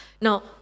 now